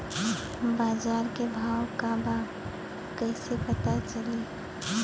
बाजार के भाव का बा कईसे पता चली?